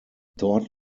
dort